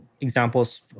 examples